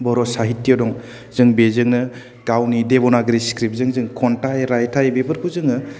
बर' साहित्य दं जों बेजोंनो गावनि देवनागिरि स्क्रिप्तजों जों खन्थाइ रायथाइ बेफोरखौ जोङो